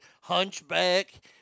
hunchback